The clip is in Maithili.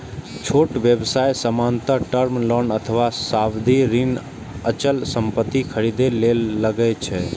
छोट व्यवसाय सामान्यतः टर्म लोन अथवा सावधि ऋण अचल संपत्ति खरीदै लेल लए छै